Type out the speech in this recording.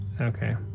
Okay